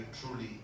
truly